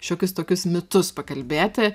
šiokius tokius mitus pakalbėti